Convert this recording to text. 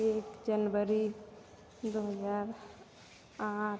एक जनवरी दू हजार आठ